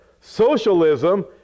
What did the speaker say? socialism